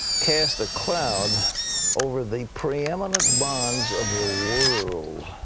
cast a cloud over the preeminent bonds of the world.